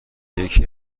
یکی